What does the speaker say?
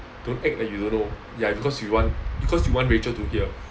don't act like you don't know ya cause you want because you want rachel to hear